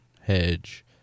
hedge